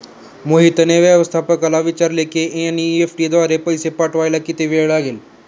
मोहितने व्यवस्थापकाला विचारले की एन.ई.एफ.टी द्वारे पैसे पाठवायला किती वेळ लागेल